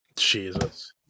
Jesus